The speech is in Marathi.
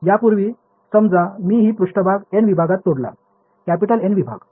यापूर्वी समजा मी ही पृष्ठभाग N विभागात तोडला कॅपिटल N विभाग